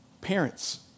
Parents